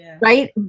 right